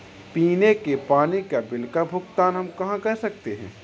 पीने के पानी का बिल का भुगतान हम कहाँ कर सकते हैं?